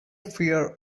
fear